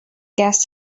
guess